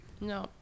No